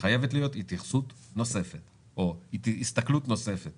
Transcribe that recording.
שחייבת להיות התייחסות נוספת או הסתכלות נוספת